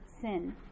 sin